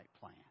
plan